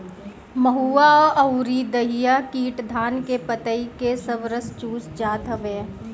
महुआ अउरी दहिया कीट धान के पतइ के सब रस चूस जात हवे